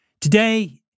Today